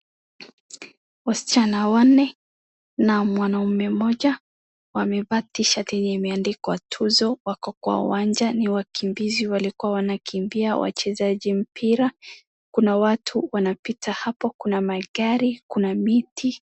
Wasichana wanne na mwanaume mmoja wamevaa t-shirt yenye imeandikwa Tuzo. Wako kwa uwanja, ni wakimbizi walikuwa wanakimbia wachezaji mpira. Kuna watu wanapita hapo. Kuna magari. Kuna miti.